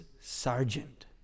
sergeant